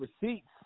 receipts